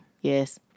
yes